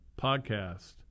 podcast